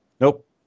Nope